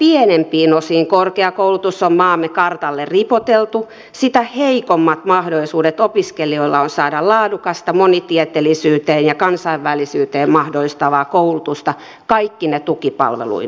mitä pienempiin osiin korkeakoulutus on maamme kartalle ripoteltu sitä heikommat mahdollisuudet opiskelijoilla on saada laadukasta monitieteellisyyden ja kansainvälisyyden mahdollistavaa koulutusta kaikkine tukipalveluineen